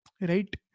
right